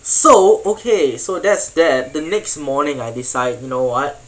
so okay so that's that the next morning I decide you know what